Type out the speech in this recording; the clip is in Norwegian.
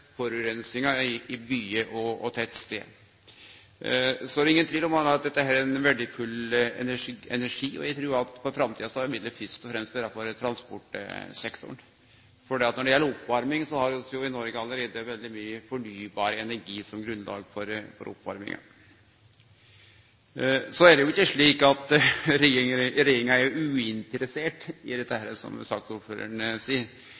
er ingen tvil om at alt dette er ein verdifull energi, og eg trur at for framtida så skal midlet fyrst og fremst vere for transportsektoren. Når det gjeld oppvarming, har vi jo i Noreg allereie veldig mykje fornybar energi som grunnlag for oppvarminga. Så er det jo ikkje slik at regjeringa er «uinteressert» i dette, som saksordføraren seier.